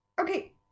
okay